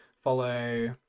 follow